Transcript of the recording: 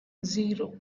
zero